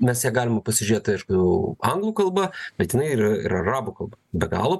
mes ją galim pasižiūrėt aišku jau anglų kalba bet jinai ir ir arabų kalba be galo